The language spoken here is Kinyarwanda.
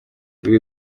ibi